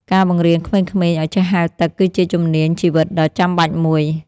ការបង្រៀនក្មេងៗឱ្យចេះហែលទឹកគឺជាជំនាញជីវិតដ៏ចាំបាច់មួយ។